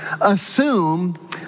assume